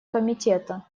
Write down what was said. комитета